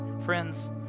Friends